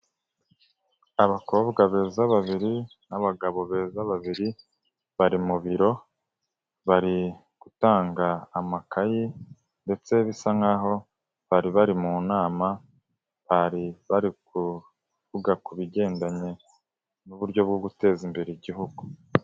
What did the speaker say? Abakobwa beza babiri n'abagabo beza babiri bari mu biro, bari gutanga amakayi ndetse bisa nk'aho bari bari mu nama, bari bari kuvuga ku bigendanye n'uburyo bwo guteza imbere igihugu.